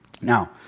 Now